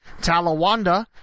Talawanda